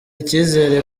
icyizere